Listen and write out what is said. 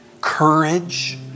courage